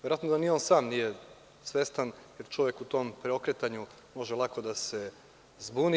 Verovatno da ni on sam nije svestan jer čovek u tom preokretanju može lako da se zbuni.